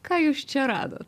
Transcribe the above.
ką jūs čia radot